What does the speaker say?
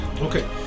Okay